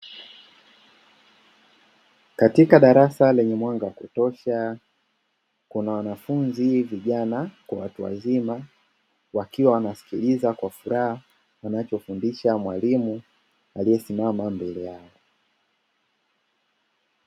Katika darasa lenye mwanga wa kutosha, kuna wanafunzi, vijana kwa watu wazima, wakiwa wanasikiliza kwa furaha anachofundisha mwalimu aliyesimama mbele yao.